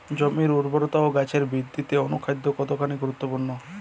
জমির উর্বরতা ও গাছের বৃদ্ধিতে অনুখাদ্য কতখানি গুরুত্বপূর্ণ?